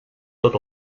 tot